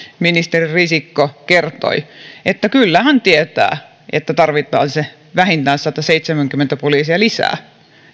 ministeri risikko kertoi että kyllä hän tietää että tarvitaan vähintään sataseitsemänkymmentä poliisia lisää